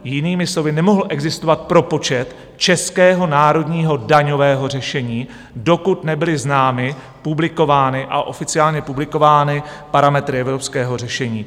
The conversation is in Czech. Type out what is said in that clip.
Jinými slovy, nemohl existovat propočet českého národního daňového řešení, dokud nebyly známy, publikovány a oficiálně publikovány parametry evropského řešení.